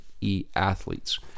e-athletes